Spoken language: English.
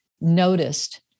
noticed